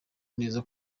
neza